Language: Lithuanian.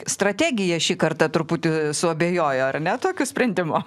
strategija šį kartą truputį suabejojo ar ne tokiu sprendimu